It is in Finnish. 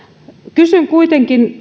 kysyn kuitenkin